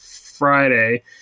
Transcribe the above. Friday